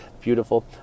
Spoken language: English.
beautiful